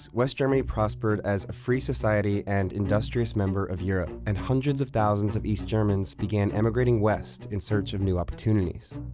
west germany prospered as a free society and industrious member of europe, and hundreds of thousands of east germans began emigrating west, in search of new opportunities.